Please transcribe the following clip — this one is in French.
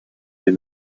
des